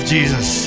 Jesus